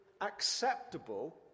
acceptable